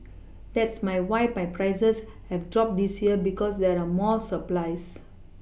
that's my why prices have dropped this year because there are more supplies